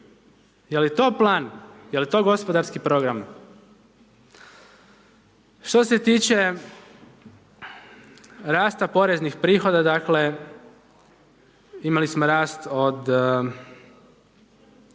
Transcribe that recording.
Je li to plan, je li to gospodarski program? Što se tiče rasta poreznih prihoda dakle, imali smo rast od,